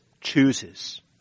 chooses